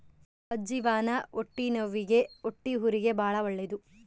ಅಜ್ಜಿವಾನ ಹೊಟ್ಟೆನವ್ವಿಗೆ ಹೊಟ್ಟೆಹುರಿಗೆ ಬಾಳ ಒಳ್ಳೆದು